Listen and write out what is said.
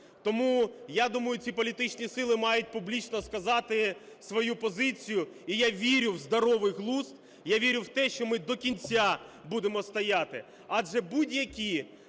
Тому, я думаю, ці політичні сили мають публічно сказати свою позицію. І я вірю в здоровий глузд, я вірю в те, що ми до кінця будемо стояти. Адже будь-які